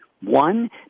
One